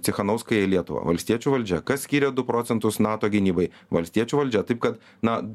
cechanauskąją į lietuvą valstiečių valdžia kas skiria du procentus nato gynybai valstiečių valdžia taip kad na